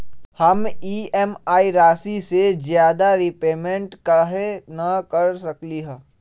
हम ई.एम.आई राशि से ज्यादा रीपेमेंट कहे न कर सकलि ह?